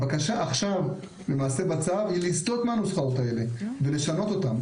הבקשה עכשיו למעשה בצו היא לסטות מהנוסחאות האלה ולשנות אותן.